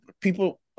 people